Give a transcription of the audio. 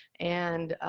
and,